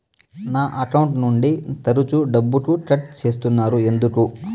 నా అకౌంట్ నుండి తరచు డబ్బుకు కట్ సేస్తున్నారు ఎందుకు